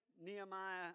Nehemiah